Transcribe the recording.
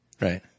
Right